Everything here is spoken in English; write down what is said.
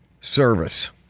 service